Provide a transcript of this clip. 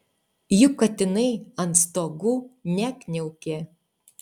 juk katinai ant stogų nekniaukė